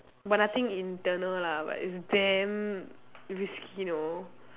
but nothing internal lah but it's damn risky know